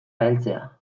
heltzea